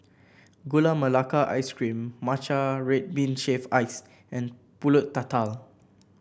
Gula Melaka Ice Cream Matcha Red Bean Shaved Ice and pulut tatal